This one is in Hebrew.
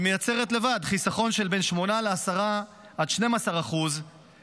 וזה לבד מייצר חיסכון של בין 8% ל-10% ועד 12% ליבואנים.